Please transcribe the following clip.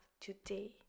today